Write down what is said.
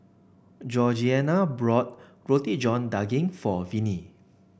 Georgeanna brought Roti John Daging for Vinie